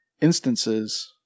instances